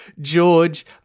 George